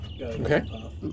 Okay